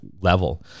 level